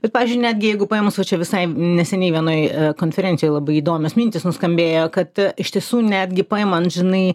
bet pavyzdžiui netgi jeigu paėmus va čia visai neseniai vienoj konferencijoj labai įdomios mintys nuskambėjo kad iš tiesų netgi paimant žinai